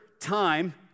time